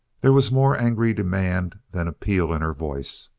there was more angry demand than appeal in her voice,